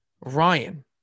Ryan